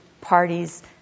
parties